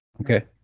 Okay